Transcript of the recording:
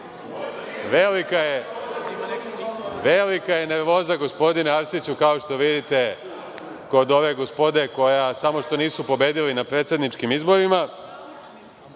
velika je nervoza, gospodine Arsiću, kao što vidite, kod ove gospode koja samo što nije pobedila na predsedničkim izborima. Gospodin